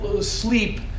sleep